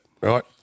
right